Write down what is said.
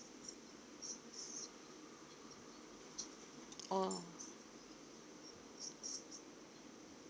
oh